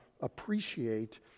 appreciate